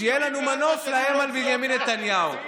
שיהיה לנו מנוף לאיים על בנימין נתניהו.